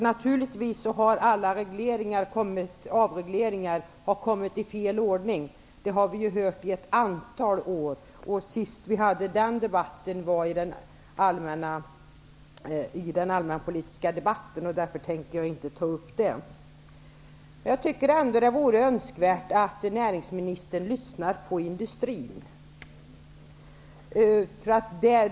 Naturligtvis har alla avregleringar kommit i fel ordning, vilket man har hört under ett antal år, senast i den allmänpolitiska debatten. Jag tänker därför inte ta upp denna fråga nu. Jag tycker att det är önskvärt att näringsministern lyssnar till vad som sägs från industrins sida.